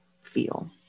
feel